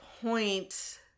point